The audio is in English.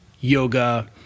yoga